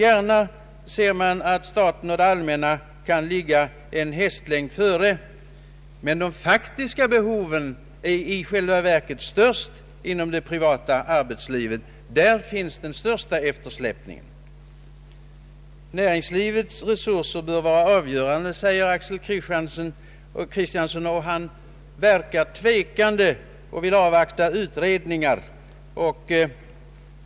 Gärna ser vi att staten kan ligga en hästlängd före, men de faktiska behoven är i själva verket störst inom det privata arbetslivet; där finns den största eftersläpningen. Näringslivets resurser bör vara avgörande, säger herr Axel Kristiansson, och han förefaller tvekande och vill avvakta utredningar.